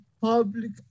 Public